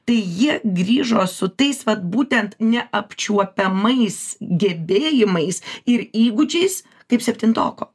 tai jie grįžo su tais vat būtent neapčiuopiamais gebėjimais ir įgūdžiais kaip septintoko